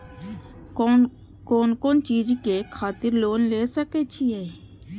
कोन कोन चीज के खातिर लोन ले सके छिए?